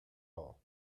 all